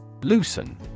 Loosen